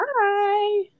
Bye